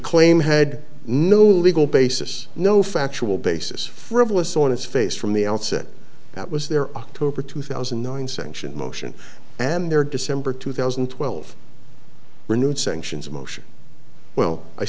claim had no legal basis no factual basis frivolous on its face from the outset that was their october two thousand and nine sanctioned motion and their december two thousand and twelve renewed sanctions motion well i